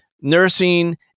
nursing